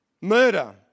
Murder